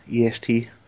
EST